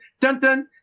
dun-dun